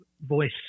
voice